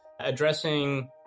addressing